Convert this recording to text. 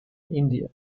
india